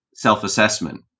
self-assessment